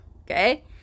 okay